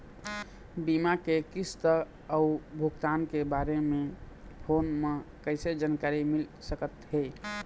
बीमा के किस्त अऊ भुगतान के बारे मे फोन म कइसे जानकारी मिल सकत हे?